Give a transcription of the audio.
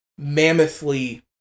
mammothly